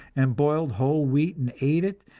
and boiled whole wheat and ate it,